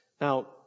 Now